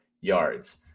yards